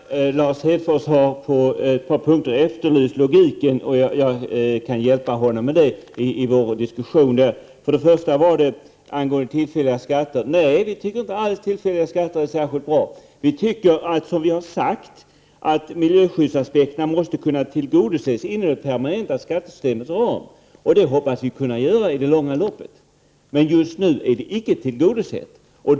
Fru talman! Lars Hedfors har på ett par punkter efterlyst logiken i vår 31 maj 1989 diskussion. Jag kan hjälpa honom med det. Det ena spörsmålet gällde tillfälliga skatter. Nej, vi tycker inte alls att tillfälliga skatter är särskilt bra. Vi tycker, som vi har sagt, att miljöskyddsaspekterna måste kunna tillgodoses inom det permanenta skattesystemets ram. Så hoppas vi att det blir i det långa loppet. Men just nu är de icke tillgodosedda.